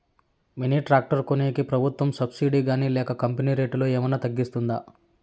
Mini tractor కొనేకి ప్రభుత్వ subsidy గాని లేక కంపెని రేటులో ఏమన్నా తగ్గిస్తుందా?